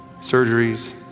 surgeries